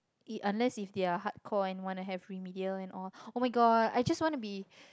it unless if they are hardcore and wanna have remedial and all oh-my-god I just wanna be